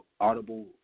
audible